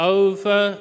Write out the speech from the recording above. over